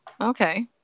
Okay